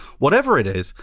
whatever it is,